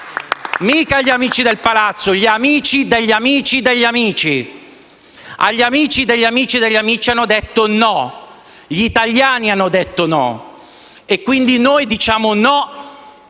amici degli amici degli amici. Agli amici degli amici degli amici hanno detto no. Gli italiani hanno detto no e quindi noi diciamo no